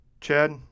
Chad